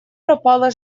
пропала